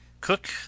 cook